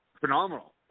phenomenal